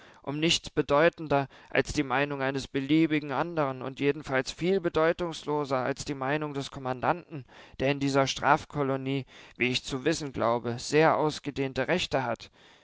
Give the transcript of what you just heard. um nichts bedeutender als die meinung eines beliebigen anderen und jedenfalls viel bedeutungsloser als die meinung des kommandanten der in dieser